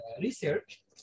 research